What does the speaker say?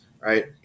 right